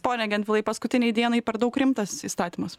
pone gentvilai paskutinei dienai per daug rimtas įstatymas